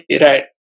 Right